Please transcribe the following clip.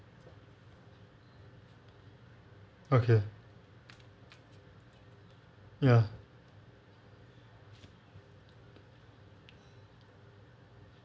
okay ya